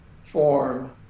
form